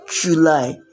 July